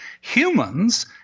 Humans